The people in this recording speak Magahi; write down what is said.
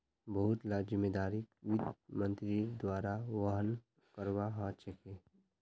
बहुत ला जिम्मेदारिक वित्त मन्त्रीर द्वारा वहन करवा ह छेके